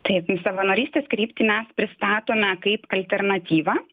taip savanorystės kryptį mes pristatome kaip alternatyvą